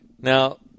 Now